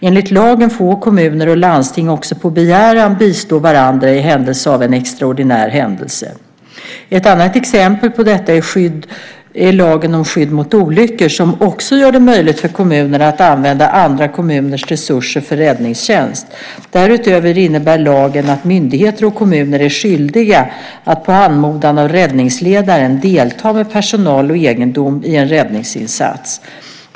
Enligt lagen får kommuner och landsting också på begäran bistå varandra i händelse av en extraordinär händelse. Ett annat exempel på detta är lagen om skydd mot olyckor som också gör det möjligt för kommunerna att använda andra kommuners resurser för räddningstjänst. Därutöver innebär lagen att myndigheter och kommuner är skyldiga att på anmodan av räddningsledaren delta med personal och egendom i en räddningsinsats.